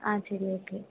ஆ சரி ஓகே